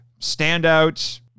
standout